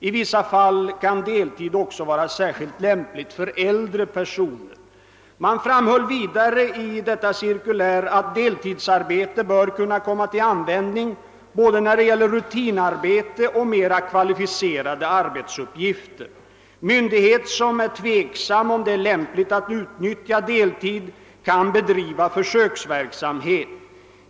I vissa fall kan deltid också vara särskilt lämplig för äldre personer. Det framhålls vidare att deltidsarbete bör kunna komma till användning när det gäller både rutinarbete och mera «kvalificerade arbetsuppgifter. Myndighet som är tveksam om huruvida det är lämpligt att utnyttja deltid kan bedriva försöksverksamhet.